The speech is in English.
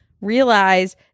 realize